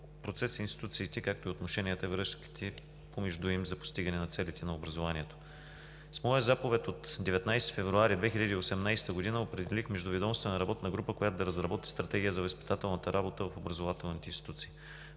процес и институциите, както и отношенията и връзките помежду им за постигане на целите на образованието. С моя заповед от 19 февруари 2018 г. определих междуведомствена работна група, която да разработи Стратегия за възпитателната работа в образователните институции.